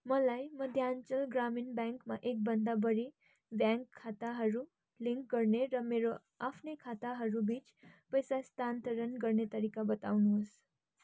मलाई मध्याञ्चल ग्रामीण ब्याङ्कमा एकभन्दा बढी ब्याङ्क खाताहरू लिङ्क गर्ने र मेरो आफ्नै खाताहरू बिच पैसा स्थानान्तरण गर्ने तरिका बताउनुहोस्